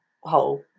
whole